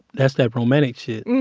that's that romantic shit and